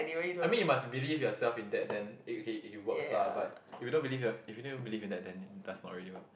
I mean you must believe yourself in that then it it it works lah but if you don't believe you are if you never believe in that then it does not really work